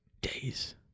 Days